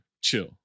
Chill